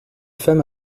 femmes